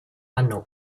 hanno